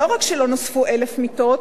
לא רק שלא נוספו 1,000 מיטות,